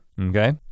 Okay